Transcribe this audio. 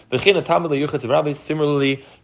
Similarly